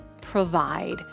provide